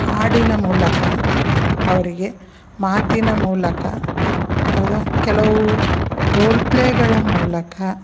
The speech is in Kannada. ಹಾಡಿನ ಮೂಲಕ ಅವರಿಗೆ ಮಾತಿನ ಮೂಲಕ ಅದು ಕೆಲವು ರೋಲ್ ಪ್ಲೇಗಳ ಮೂಲಕ